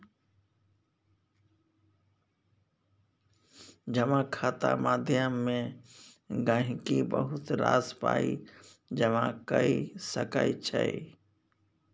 जमा खाता माध्यमे गहिंकी बहुत रास पाइ जमा कए सकै छै